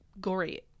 gory